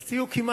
אז תהיו כמעט,